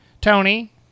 Tony